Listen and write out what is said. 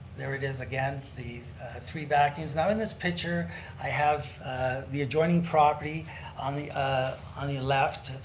there it is again, the three vacuums. now in this picture i have the adjoining property on the ah on the left,